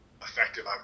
effective